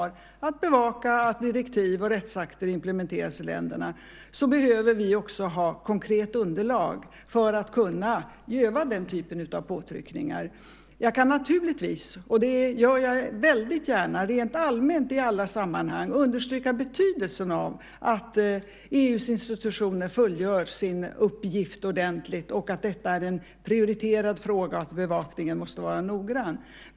För att kunna bevaka att direktiv och andra rättsakter implementeras i länderna, och därmed kunna utöva påtryckningar, behöver vi ha konkreta underlag. Jag kan naturligtvis, och det gör jag väldigt gärna, rent allmänt i alla sammanhang understryka betydelsen av att EU:s institutioner fullgör sin uppgift ordentligt och också understryka att detta är en prioriterad fråga och bevakningen måste vara noggrann.